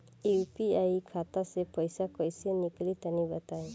UPI खाता से पइसा कइसे निकली तनि बताई?